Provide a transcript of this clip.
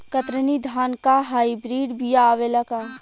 कतरनी धान क hybrid बिया आवेला का?